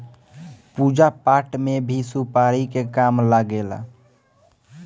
पूजा पाठ में भी सुपारी के काम लागेला